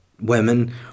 Women